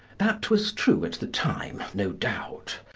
that was true at the time, no doubt.